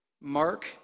Mark